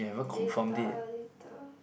later later